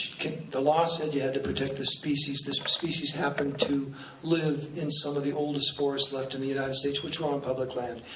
the law said you had to protect the species, this species happened to live in some of the oldest forests left in the united states, which were on public land.